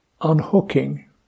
unhooking